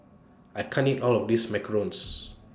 I can't eat All of This Macarons